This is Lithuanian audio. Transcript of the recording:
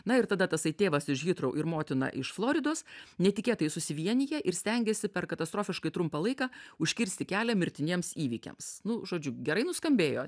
na ir tada tasai tėvas iš hitrou ir motina iš floridos netikėtai susivienija ir stengiasi per katastrofiškai trumpą laiką užkirsti kelią mirtiniems įvykiams nu žodžiu gerai nuskambėjo